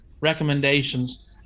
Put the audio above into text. recommendations